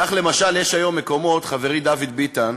כך, למשל, יש היום מקומות, חברי דוד ביטן,